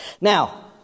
Now